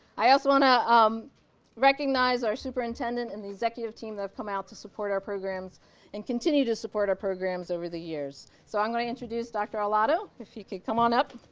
i also want to um recognize our superintendent and the executive team that have come out to support our programs and continue to support our programs over the years, so i'm gonna introduce dr. arlotto, if he could come on up.